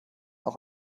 auch